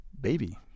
baby